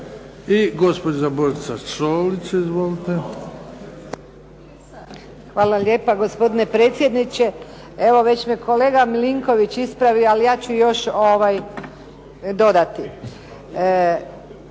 Izvolite. **Šolić, Božica (HDZ)** Hvala lijepa gospodine predsjedniče. Evo već me kolega Milinković ispravio ali ja ću još dodati.